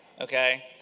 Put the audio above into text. Okay